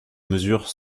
mesure